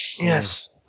Yes